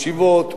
ישיבות,